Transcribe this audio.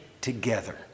together